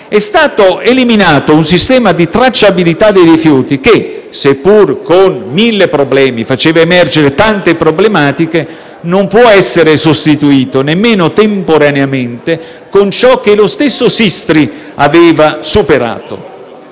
È stato eliminato un sistema di tracciabilità dei rifiuti che, seppur con mille problemi perché faceva emergere tante problematiche, non può essere sostituito, nemmeno temporaneamente, con ciò che lo stesso SISTRI aveva superato.